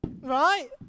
Right